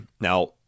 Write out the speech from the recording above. Now